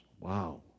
Wow